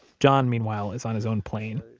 john, meanwhile, is on his own plane.